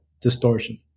distortion